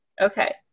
Okay